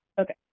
Okay